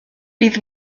bydd